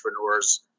entrepreneurs